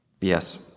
Yes